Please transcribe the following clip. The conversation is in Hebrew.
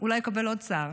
אולי יקבל עוד שר.